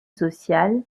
sociale